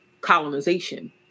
colonization